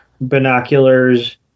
binoculars